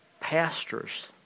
pastors